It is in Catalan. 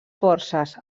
forces